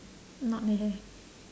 not the hair